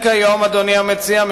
אדוני המציע,